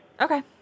Okay